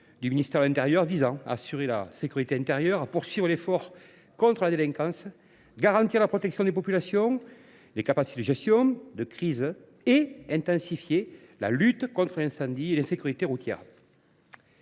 du ministère de l’intérieur visant à assurer la sécurité intérieure, à poursuivre l’effort contre la délinquance, à garantir la protection des populations et les capacités de gestion de crise, et à intensifier la lutte contre les incendies et l’insécurité routière.